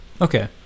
Okay